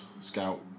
scout